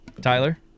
Tyler